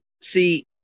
see